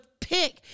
pick